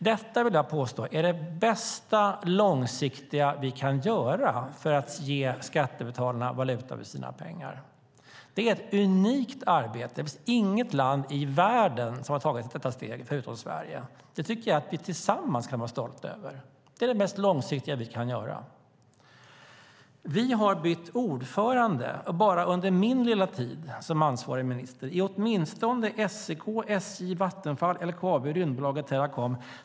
Detta är, vill jag påstå, det bästa långsiktiga vi kan göra för att ge skattebetalarna valuta för sina pengar. Det är ett unikt arbete. Det finns inget annat land i världen som har tagit detta steg förutom Sverige. Det tycker jag att vi tillsammans kan vara stolta över. Det är det mest långsiktiga vi kan göra. Vi har bytt ordförande, bara under min korta tid som ansvarig, i åtminstone SEK, SJ, Vattenfall, LKAB, Rymdbolaget och Teracom.